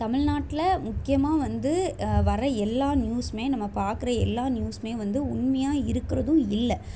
தமிழ்நாட்டில முக்கியமாக வந்து வர்ற எல்லா நியூஸ்மே நம்ம பார்க்குற எல்லா நியூஸ்மே வந்து உண்மையாக இருக்கிறதும் இல்லை